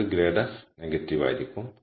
നമുക്ക് grade f negative ആയിരിക്കും